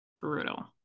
brutal